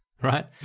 right